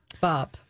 Bob